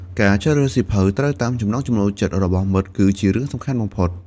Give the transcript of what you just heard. ការជ្រើសរើសសៀវភៅត្រូវតាមចំណង់ចំណូលចិត្តរបស់មិត្ត គឺជារឿងសំខាន់បំផុត។